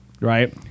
right